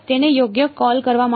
તેને યોગ્ય કૉલ કરવા માટે